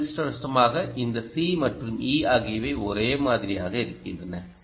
துரதிர்ஷ்டவசமாக இந்த c மற்றும் e ஆகியவை ஒரே மாதிரியாக இருக்கின்றன